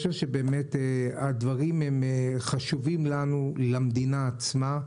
הדברים חשובים לנו, למדינה עצמה.